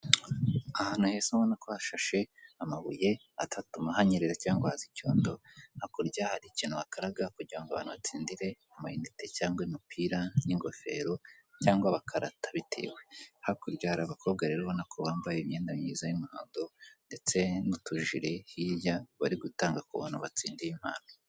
Ahantu heza urabona ko hashashe amabuye atatuma hanyerera, cyangwa haze icyondo, hakurya hari ikintu bakaraga kugira ngo abantu batsindire amayinite cyangwa imipira n'ingofero cyangwa bakarata bitewe, hakurya rero hari abakobwa ubona ko bambaye imiyenda myiza y'umuhondo, ndetse n'utujire hirya bari gutanga ku bantu batsindiye impano.